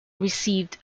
received